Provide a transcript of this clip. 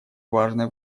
важное